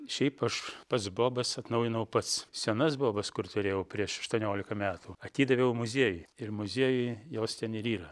šiaip aš pats bobas atnaujinau pats senas bobas kur turėjau prieš aštuoniolika metų atidaviau muziejui ir muziejuj jos ten ir yra